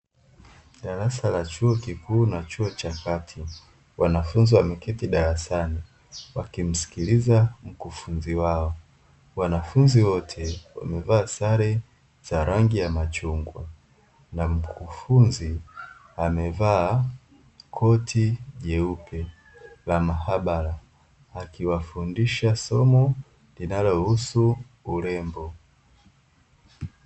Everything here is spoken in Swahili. Darasa la chuo kikuu na chuo cha kati, wanafunzi wameketi darasani wakimsikiliza mkufunzi wao. Wanafunzi wote wamevaa sare za rangi ya machungwa na mkufunzi amevaa koti jeupe la maabara akiwafundisha somo linalohusu urembo.